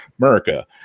America